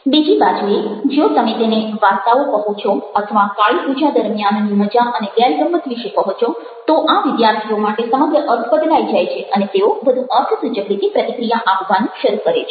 બીજી બાજુએ જો તમે તેને વાર્તાઓ કહો છો અથવા કાળીપૂજા દરમિયાનની મજા અને ગેલ ગમ્મત વિશે કહો છો તો આ વિદ્યાર્થીઓ માટે સમગ્ર અર્થ બદલાઈ જાય છે અને તેઓ વધુ અર્થસૂચક રીતે પ્રતિક્રિયા આપવાનું શરૂ કરે છે